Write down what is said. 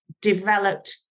developed